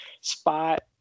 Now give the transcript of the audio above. spot